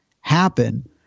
happen